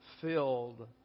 Filled